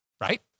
right